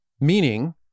Meaning